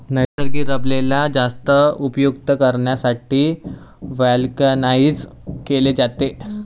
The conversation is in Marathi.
नैसर्गिक रबरेला जास्त उपयुक्त करण्यासाठी व्हल्कनाइज्ड केले जाते